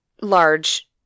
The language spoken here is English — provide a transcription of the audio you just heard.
large